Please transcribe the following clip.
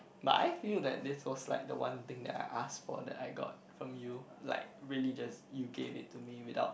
but I feel that this was like the one thing that I asked for that I got from you like really just you gave it to me without